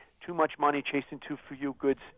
too-much-money-chasing-too-few-goods